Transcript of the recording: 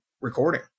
recording